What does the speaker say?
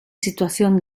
situación